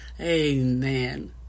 Amen